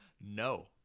No